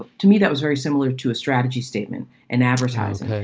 ah to me that was very similar to a strategy statement in advertising.